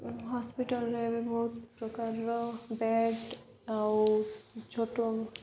ହସ୍ପିଟାଲରେ ଏ ବହୁତ ପ୍ରକାରର ବେଡ଼ ଆଉ ଛୋଟ